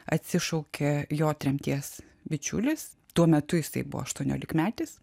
atsišaukė jo tremties bičiulis tuo metu jisai buvo aštuoniolikmetis